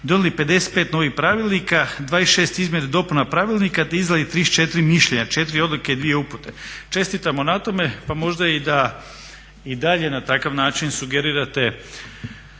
donijeli 55 novih pravilnika, 26 izmjena i dopuna pravilnika te izdali 34 mišljenja, 4 odluke i 2 upute. Čestitamo na tome pa možda i da dalje na takav način sugerirate